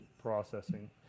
processing